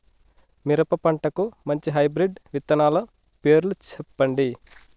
మిరప పంటకు మంచి హైబ్రిడ్ విత్తనాలు పేర్లు సెప్పండి?